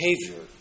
behavior